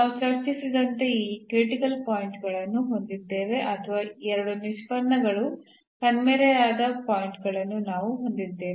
ನಾವು ಚರ್ಚಿಸಿದಂತೆ ಈ 5 ಕ್ರಿಟಿಕಲ್ ಪಾಯಿಂಟ್ ಗಳನ್ನು ಹೊಂದಿದ್ದೇವೆ ಅಥವಾ ಎರಡೂ ನಿಷ್ಪನ್ನಗಳು ಕಣ್ಮರೆಯಾದ ಪಾಯಿಂಟ್ ಗಳನ್ನು ನಾವು ಹೊಂದಿದ್ದೇವೆ